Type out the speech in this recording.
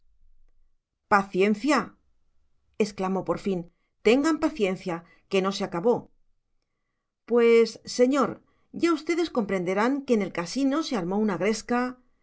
paciencia exclamó por fin tengan paciencia que no se acabó pues señor ya ustedes comprenderán que en el casino se armó una gresca